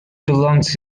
belonged